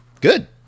good